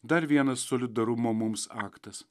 dar vienas solidarumo mums aktas